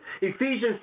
Ephesians